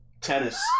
Tennis